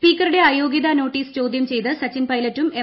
സ്പീക്കറുടെ അയോഗ്യത നോട്ടീസ് ചോദൃം ചെയ്ത് സച്ചിൻ പൈലറ്റും എം